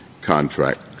contract